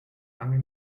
lange